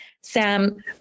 Sam